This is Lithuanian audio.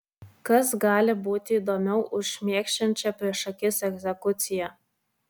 kas gali būti įdomiau už šmėkšančią prieš akis egzekuciją